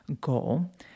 goal